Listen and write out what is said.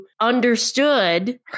understood